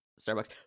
Starbucks